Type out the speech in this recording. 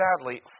sadly